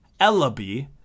Ellaby